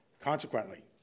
Consequently